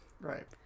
Right